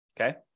Okay